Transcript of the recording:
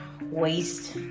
Waste